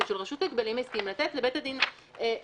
של רשות ההגבלים העסקיים לתת לבית הדין להגבלים